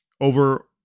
over